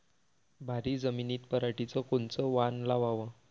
भारी जमिनीत पराटीचं कोनचं वान लावाव?